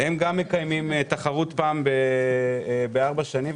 גם הם מקיימים תחרות פעם בארבע שנים.